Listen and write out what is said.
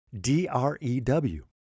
D-R-E-W